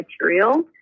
material